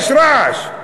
יש רעש.